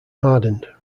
hardened